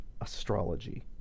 astrology